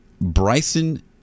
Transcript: Bryson